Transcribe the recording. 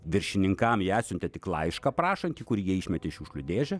viršininkam jie atsiuntė tik laišką prašantį kurį jie išmetė šiukšlių dėžę